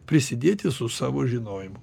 prisidėti su savo žinojimu